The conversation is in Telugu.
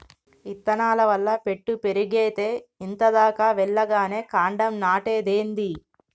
ఇత్తనాల వల్ల పెట్టు పెరిగేతే ఇంత దాకా వెల్లగానే కాండం నాటేదేంది